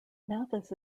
mathis